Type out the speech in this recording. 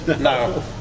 No